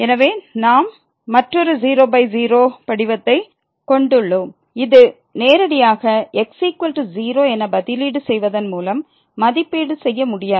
எனவே நாம் மற்றொரு 00 படிவத்தைக் கொண்டுள்ளோம் இது நேரடியாக x0 என பதிலீடு செய்வதன் மூலம் மதிப்பீடு செய்ய முடியாது